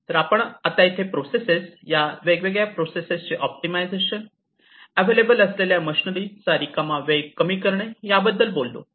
तर आपण आता येथे प्रोसेसेस या वेगवेगळ्या प्रोसेसेसचे ऑप्टिमाईजेशन अवेलेबल असलेल्या मशनरी चा रिकामा वेळ कमी करणे याबद्दल बोललो